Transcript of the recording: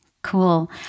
Cool